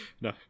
No